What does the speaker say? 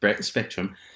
spectrum